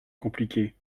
compliquée